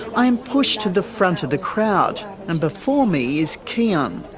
i am pushed to the front of the crowd and before me is kian,